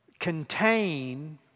contain